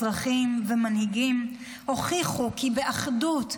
אזרחים ומנהיגים הוכיחו כי באחדות,